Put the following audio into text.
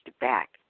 back